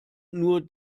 nur